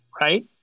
right